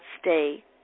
stay